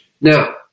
Now